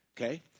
Okay